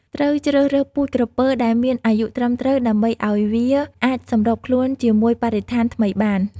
ត្រូវជ្រើសរើសពូជក្រពើដែលមានអាយុត្រឹមត្រូវ ដើម្បីឲ្យវាអាចសម្របខ្លួនជាមួយបរិស្ថានថ្មីបាន។